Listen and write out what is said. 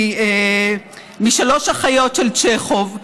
משלוש אחיות של צ'כוב,